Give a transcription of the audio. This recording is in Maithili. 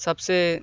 सबसँ